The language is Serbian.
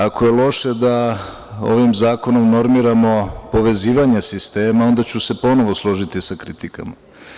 Ako je loše da ovim zakonom normiramo povezivanje sistema, onda ću se ponovo složiti sa kritikama.